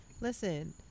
Listen